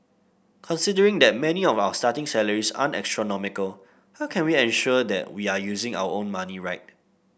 considering that many of our starting salaries aren't astronomical how can we ensure that we are using our own money right